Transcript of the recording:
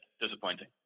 disappointing